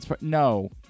no